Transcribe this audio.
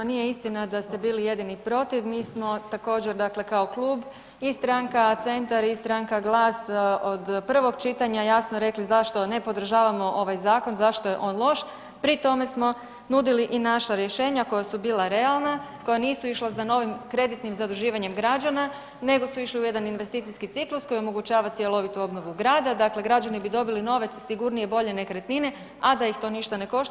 Nije istina da ste bili jedini protiv, mi smo također dakle kao klub i stranka Centar i stranka GLAS od prvog čitanja jasno rekli zašto ne podržavamo ovaj zakon, zašto je on loš, pri tome smo nudili i naša rješenja koja su bila realna, koja nisu išla za novim kreditnim zaduživanjem građana nego su išli u jedan investicijski ciklus koji omogućava cjelovitu obnovu grada, dakle građani bi dobili nove, sigurnije i bolje nekretnine, a da ih to ništa ne košta.